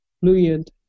fluent